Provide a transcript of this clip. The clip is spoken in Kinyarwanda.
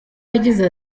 yagize